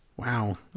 Wow